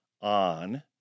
on